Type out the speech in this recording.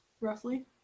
Roughly